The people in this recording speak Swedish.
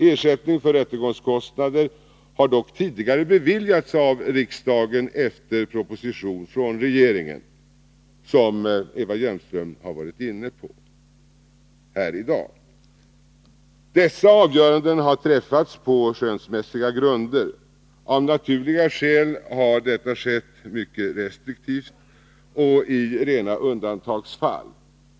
Ersättning för rättegångskostnader har dock tidigare beviljats av riksdagen efter proposition från regeringen, vilket Eva Hjelmström har varit inne på här i dag. Dessa avgöranden har träffats på skönsmässiga grunder. Av naturliga skäl har detta skett mycket restriktivt och i rena undantagsfall.